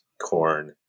corn